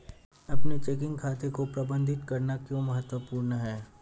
अपने चेकिंग खाते को प्रबंधित करना क्यों महत्वपूर्ण है?